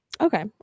Okay